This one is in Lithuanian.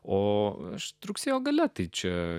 o aš rugsėjo gale tai čia